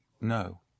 No